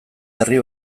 herri